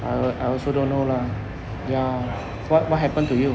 I I also don't know lah ya what what happen to you